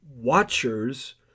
watchers